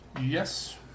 Yes